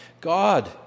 God